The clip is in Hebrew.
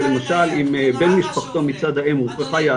זה למשל אם בן משפחתו --- אדוני,